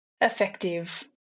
effective